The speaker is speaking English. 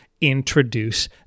introduce